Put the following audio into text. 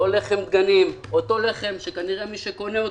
לא לחם דגנים, אותו לחם שכנראה מי שקונה אותו,